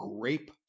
grape